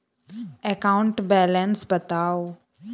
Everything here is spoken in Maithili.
एकाउंट बैलेंस बताउ